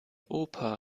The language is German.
opa